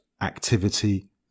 activity